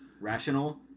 rational